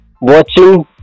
watching